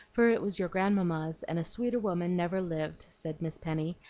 for it was your grandmamma's, and a sweeter woman never lived, said miss penny,